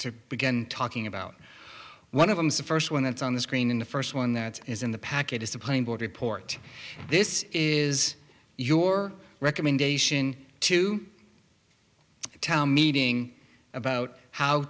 to begin talking about one of the first one that's on the screen in the first one that is in the packet is a plain board report this is your recommendation to town meeting about how